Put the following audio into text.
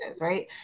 right